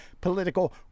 political